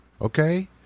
Okay